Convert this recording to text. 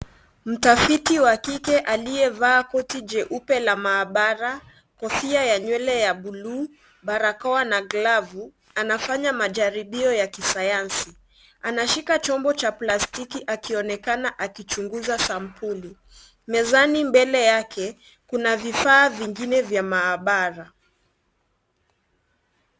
Mtafiti wa kike aliyevaa koti jeupe la maabara, kofia ya nywele ya buluu, barakoa na glovu anafanya majaribio ya kisayansi. Anashika chombo cha plastiki akionekana akichunguza sampuli. Mezani mbele yake kuna vifaa vingine vya maabara.